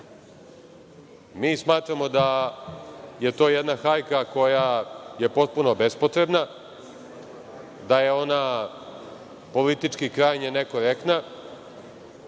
Mi smatramo da je to jedna hajka koja je potpuno bespotrebna, da je ona politički krajnje nekorektna.